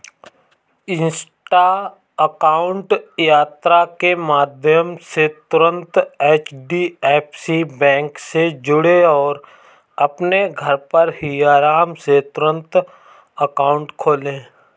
Insta account यात्रा के माध्यम से तुरंत एच.डी.एफ.सी बैंक से जुड़ें और अपने घर पर ही आराम से तुरंत अकाउंट खोले